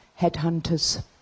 headhunters